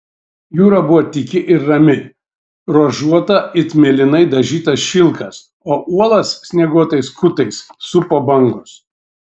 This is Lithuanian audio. jūra buvo tyki ir rami ruožuota it mėlynai dažytas šilkas o uolas snieguotais kutais supo bangos